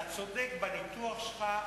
אתה צודק בניתוח שלך,